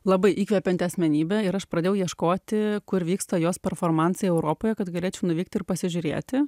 labai įkvepianti asmenybė ir aš pradėjau ieškoti kur vyksta jos performansai europoje kad galėčiau nuvykti ir pasižiūrėti